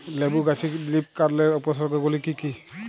লেবু গাছে লীফকার্লের উপসর্গ গুলি কি কী?